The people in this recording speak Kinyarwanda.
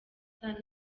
star